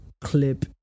clip